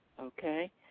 Okay